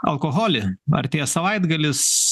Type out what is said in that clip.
alkoholį artėja savaitgalis